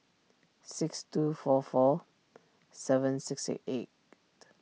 six two four four seven six six eight